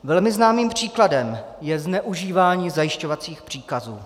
Velmi známým příkladem je zneužívání zajišťovacích příkazů.